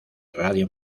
radio